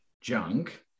junk